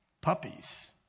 puppies